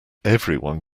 everyone